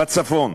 בצפון.